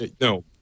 No